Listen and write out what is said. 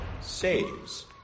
saves